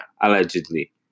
Allegedly